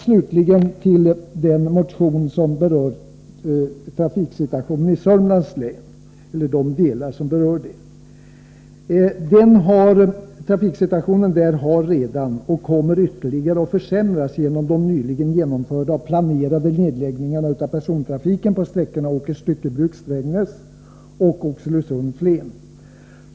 Slutligen vill jag säga några ord om den motion som i vissa delar berör trafiksituationen i Södermanlands län. Den har redan försämrats och kommer att ytterligare försämras genom de nyligen genomförda och planerade nedläggningarna av persontrafiken på sträckorna Åkers styckebruk-Strängnäs och Oxelösund-Flen.